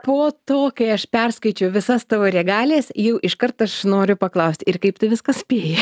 po to kai aš perskaičiau visas tavo regalijas jau iškart aš noriu paklaust ir kaip tu viską spėji